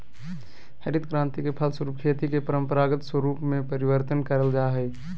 हरित क्रान्ति के फलस्वरूप खेती के परम्परागत स्वरूप में परिवर्तन करल जा हइ